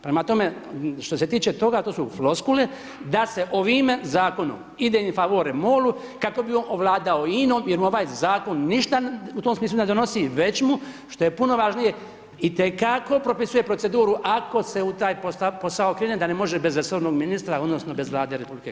Prema tome što se tiče toga to su floskule da se ovim zakonom ide in favore MOL-u kako bi ovladao INA-om jer mu ovaj zakon ništa u tom smislu ne donosi već mu što je puno važnije itekako propisuje proceduru ako se u taj posao krene da ne može bez resornog ministra odnosno bez Vlade RH.